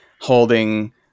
holding